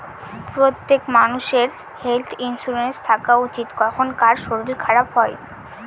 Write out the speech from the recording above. প্রত্যেক মানষের health insurance থাকা উচিত, কখন কার শরীর খারাপ হয়